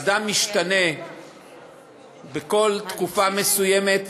אדם משתנה בכל תקופה מסוימת,